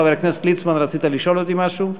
חבר הכנסת ליצמן, רצית לשאול אותי משהו?